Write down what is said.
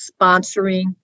sponsoring